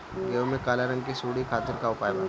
गेहूँ में काले रंग की सूड़ी खातिर का उपाय बा?